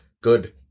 Good